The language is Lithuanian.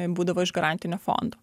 būdavo iš garantinio fondo